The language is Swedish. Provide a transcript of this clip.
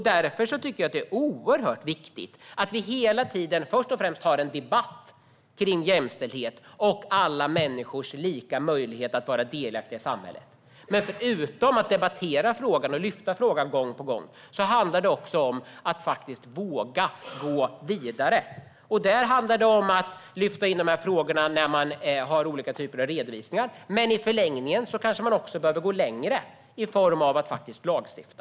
Därför är det oerhört viktigt att vi hela tiden först och främst för en debatt om jämställdhet och alla människors lika möjlighet att vara delaktiga i samhället. Men förutom att vi debatterar och lyfter frågan gång på gång handlar det om att vi ska våga gå vidare. Då gäller det att lyfta in de här frågorna i olika typer av redovisningar, men i förlängningen kanske man också behöver gå längre och faktiskt lagstifta.